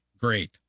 Great